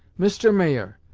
mister mayer,